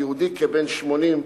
יהודי כבן 80,